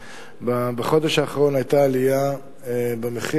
בחודש האחרון היתה עלייה במחיר,